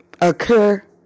occur